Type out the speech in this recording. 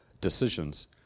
decisions